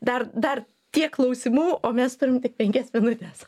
dar dar tiek klausimų o mes turim tik penkias minutes